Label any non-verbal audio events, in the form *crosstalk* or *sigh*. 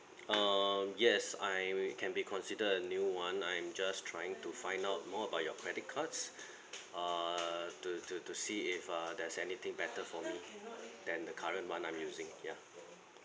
um yes I may can be considered a new one I'm just trying to find out more about your credit cards *breath* err to to to see if uh there's anything better for me than the current one I'm using ya